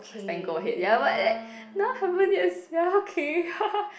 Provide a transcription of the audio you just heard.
stand go ahead ya but that now haven't yet sia okay